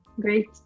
Great